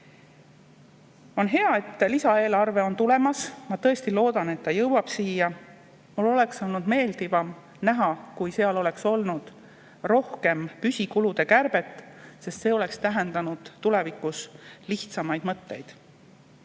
On hea, et lisaeelarve on tulemas, ma tõesti loodan, et ta jõuab siia. Minu arvates oleks olnud meeldivam, kui seal oleks olnud rohkem püsikulude kärbet, sest see oleks tähendanud tulevikus lihtsamaid võtteid.